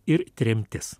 ir tremtis